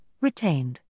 retained